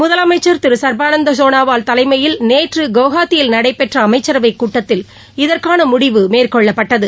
முதலமைச்சர் திரு சர்பானந்த சோனாவால் தலைமையில் நேற்று குவாஹாத்தில் நடைபெற்ற அமைச்சரவைக் கூட்டத்தில் இதற்கான முடிவு மேற்கொள்ளப்பட்டது